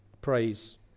praise